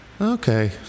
Okay